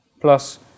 Plus